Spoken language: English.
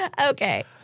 Okay